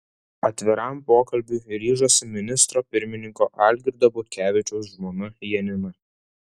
atviram pokalbiui ryžosi ministro pirmininko algirdo butkevičiaus žmona janina